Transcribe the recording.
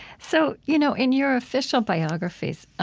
so you know, in your official biographies,